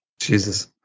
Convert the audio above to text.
Jesus